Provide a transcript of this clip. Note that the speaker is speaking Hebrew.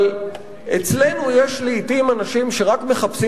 אבל אצלנו יש לעתים אנשים שרק מחפשים